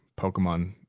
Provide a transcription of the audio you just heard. Pokemon